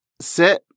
sit